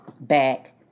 back